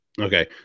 Okay